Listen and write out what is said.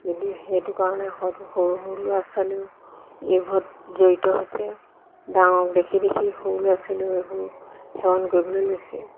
যদি সেইটো কাৰণে হওক সৰু সৰু ল'ৰা ছোৱালীও এইবোৰত জড়িত হৈছে ডাঙৰক দেখি দেখি সৰু ল'ৰা ছোৱালীও এইবোৰ সেৱন কৰিবলৈ লৈছে